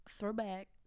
Throwback